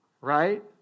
right